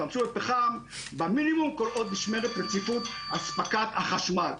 פחם במינימום כל עוד נשמרת רציפות אספקת החשמל.